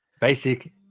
basic